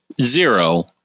zero